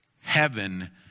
Heaven